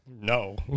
No